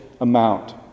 amount